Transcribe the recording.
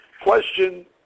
question